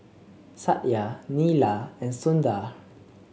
Satya Neila and Sundar